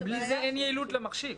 בלי זה אין יעילות למכשיר.